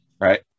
right